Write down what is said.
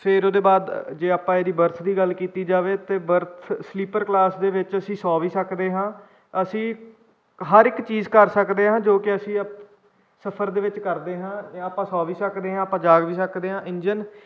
ਫਿਰ ਉਹਦੇ ਬਾਅਦ ਜੇ ਆਪਾਂ ਇਹਦੀ ਬਰਥ ਦੀ ਗੱਲ ਕੀਤੀ ਜਾਵੇ ਤਾਂ ਬਰਥ ਸਲੀਪਰ ਕਲਾਸ ਦੇ ਵਿੱਚ ਅਸੀਂ ਸੌ ਵੀ ਸਕਦੇ ਹਾਂ ਅਸੀਂ ਹਰ ਇੱਕ ਚੀਜ਼ ਕਰ ਸਕਦੇ ਹਾਂ ਜੋ ਕਿ ਅਸੀਂ ਸਫ਼ਰ ਦੇ ਵਿੱਚ ਕਰਦੇ ਹਾਂ ਆਪਾਂ ਸੌ ਵੀ ਸਕਦੇ ਹਾਂ ਆਪਾਂ ਜਾਗ ਵੀ ਸਕਦੇ ਹਾਂ ਇੰਜਨ